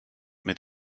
mit